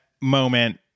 moment